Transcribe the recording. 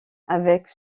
avec